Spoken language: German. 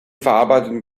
verarbeitenden